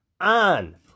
on